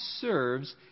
serves